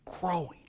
growing